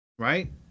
right